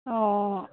অ'